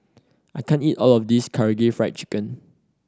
I can't eat all of this Karaage Fried Chicken